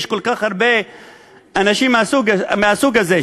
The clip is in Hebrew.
יש כל כך הרבה אנשים מהסוג הזה,